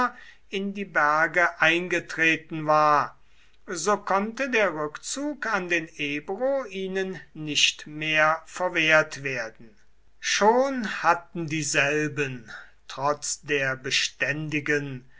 in die berge eingetreten war so konnte der rückzug an den ebro ihnen nicht mehr verwehrt werden schon hatten dieselben trotz der beständigen